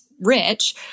rich